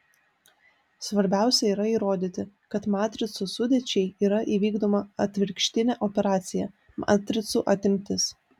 svarbiausia yra įrodyti kad matricų sudėčiai yra įvykdoma atvirkštinė operacija matricų atimtis